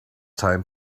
time